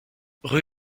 rue